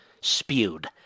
spewed